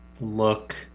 look